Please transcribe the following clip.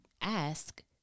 ask